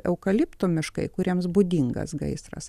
eukaliptų miškai kuriems būdingas gaisras